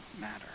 matter